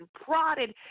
prodded